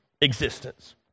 existence